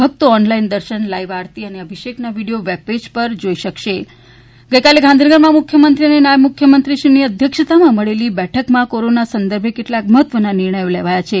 ભકતો ઓનલાઇન દર્શન લાઇવ આરતી અને અભિષેક ના વિડીયો વેબપેજ પર જોઇ શકાશે ગઇકાલે ગાંધીનગરમાં મુખ્યમંત્રી અને નાયબ મુખ્યમંત્રીની અધ્યક્ષતામાં મળેલી બેઠકમાં કોરોના સંદર્ભે કેટલાક મહત્વના નિર્ણયો લેવાયા છે